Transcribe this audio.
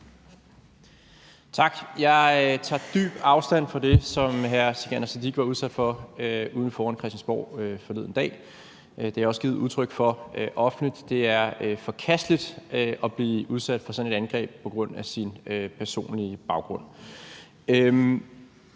Tak. Jeg tager dybt afstand fra det, som hr. Sikandar Siddique var udsat for ude foran Christiansborg forleden. Det har jeg også givet udtryk for offentligt. Det er forkasteligt at blive udsat for sådan et angreb på grund af sin personlige baggrund.